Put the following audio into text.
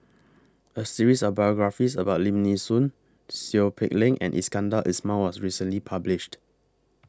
A series of biographies about Lim Nee Soon Seow Peck Leng and Iskandar Ismail was recently published